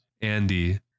andy